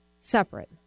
separate